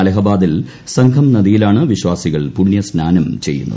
അലഹബാദിൽ സംഗം നദിയിലാണ് വിശ്വാസികൾ പുണ്യസ്നാനം ചെയ്യുന്നത്